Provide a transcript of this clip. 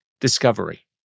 discovery